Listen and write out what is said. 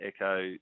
echo